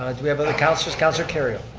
ah do we have other councilors, councilor kerrio.